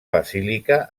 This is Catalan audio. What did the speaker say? basílica